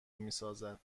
میسازد